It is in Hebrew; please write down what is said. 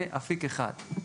זה אפיק אחד.